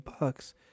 bucks